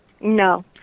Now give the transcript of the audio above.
No